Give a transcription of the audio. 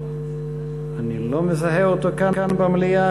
אני לא מזהה אותו כאן במליאה.